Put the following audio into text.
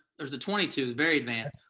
there's a twenty two is very advanced.